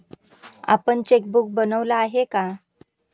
आपण चेकबुक बनवलं आहे का?